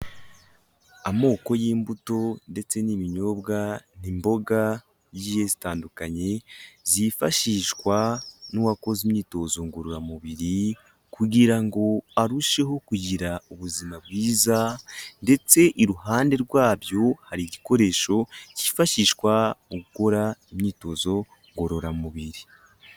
Amoko y'imbuto ndetse n'ibinyobwa n'imboga zigiye zitandukanye zifashishwa n'uwakoze imyitozo ngororamubiri kugira ngo arusheho kugira ubuzima bwiza ndetse iruhande rwabyo hari igikoresho kifashishwa mu gukora imyitozo ngororamubiri.